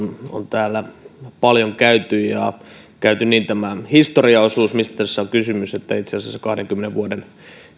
on täällä paljon käyty ja käyty läpi tämä historiaosuus mistä tässä on kysymys itse asiassa kahdenkymmenen vuoden